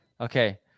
Okay